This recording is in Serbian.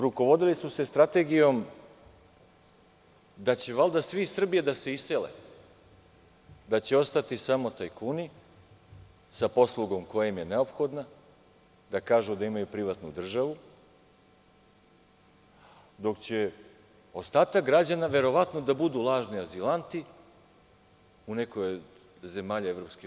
Rukovodili su se strategijom da će valjda svi iz Srbije da se isele, da će ostati samo tajkuni sa poslugom koja im je neophodna, da kažu da imaju privatnu državu, dok će ostatak građana verovatno da budu lažni azilanti u nekoj od zemalja EU.